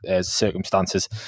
circumstances